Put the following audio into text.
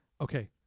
Okay